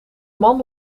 man